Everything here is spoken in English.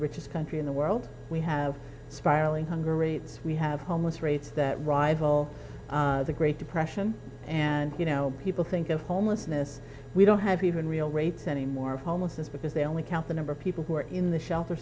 richest country in the world we have spiraling hunger rates we have homeless race that rival the great depression and you know people think of homelessness we don't have even real rapes anymore homelessness because they only count the number people who are in the shelter